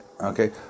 Okay